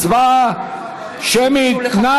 הצבעה שמית.